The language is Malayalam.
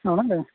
ആണല്ലേ